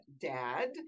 dad